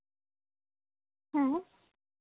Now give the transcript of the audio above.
ᱦᱮᱸ